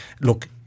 look